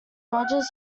rogers